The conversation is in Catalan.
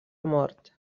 mort